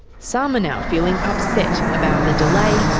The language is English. some are now feeling upset about the delay,